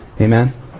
Amen